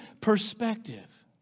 perspective